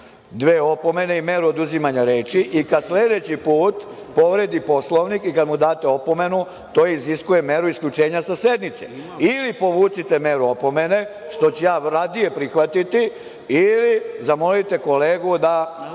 dve opomene i mere oduzimanja reči i kada sledeći put povredi Poslovnik i kad mu date opomenu to iziskuje meru isključenja sa sednice. Ili povucite meru opomene, što ću ja radije prihvatiti ili zamolite kolegu da